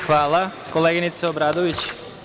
Hvala koleginice Obradović.